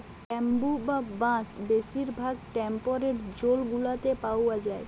bamboo বা বাঁশ বেশির ভাগ টেম্পরেট জোল গুলাতে পাউয়া যায়